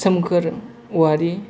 सोमखोर औवारि